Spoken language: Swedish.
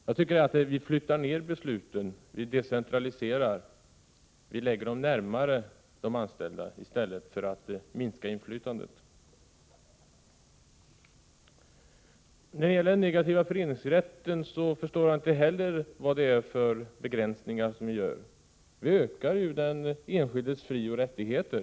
Jag anser att vi flyttar ner besluten, vi decentraliserar dem, vi lägger dem närmare de anställda i stället för att minska inflytandet. När det gäller den negativa föreningsrätten förstår jag inte heller vad det är för begränsningar vi skulle göra. Vi ökar ju den enskildes frioch rättigheter.